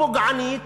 הפוגענית,